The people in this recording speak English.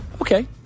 Okay